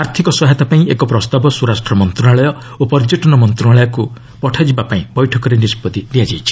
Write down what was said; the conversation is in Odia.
ଆର୍ଥକ ସହାୟତା ପାଇଁ ଏକ ପ୍ରସ୍ତାବ ସ୍ୱରାଷ୍ଟ୍ରମନ୍ତ୍ରଣାଳୟ ଓ ପର୍ଯ୍ୟଟନ ମନ୍ତ୍ରଣାଳୟକୁ ପଠାଯିବାକୁ ବୈଠକରେ ନିଷ୍ପତ୍ତି ନିଆଯାଇଛି